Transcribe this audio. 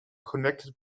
connected